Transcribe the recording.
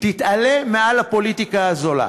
תתעלה מעל הפוליטיקה הזולה.